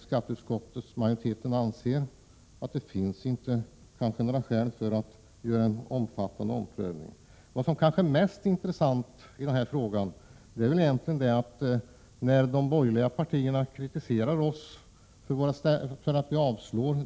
Skatteutskottets majoritet anser att det inte finns några skäl att göra en omfattande omprövning. De borgerliga partierna kritiserar oss för att vi vill avslå deras motioner. Men det som kanske är mest intressant är att de Prot.